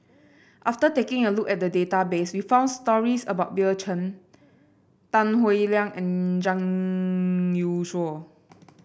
after taking a look at the database we found stories about Bill Chen Tan Howe Liang and Zhang Youshuo